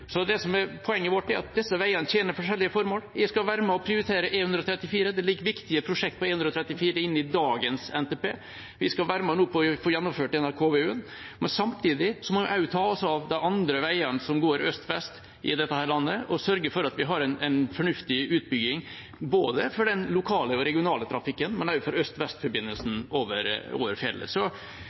Poenget vårt er at disse veiene tjener forskjellige formål. Vi skal være med og prioritere E134. Det ligger viktige prosjekter på E134 inne i dagens NTP. Vi skal være med på å få gjennomført denne KVU-en, men samtidig må vi ta oss av de andre veiene som går øst–vest i dette landet, og sørge for at vi har en fornuftig utbygging både for den lokale og regionale trafikken og for øst–vest-forbindelsen over